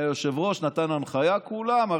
היושב-ראש נתן הנחיה, כולם.